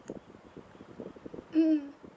mm